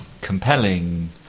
compelling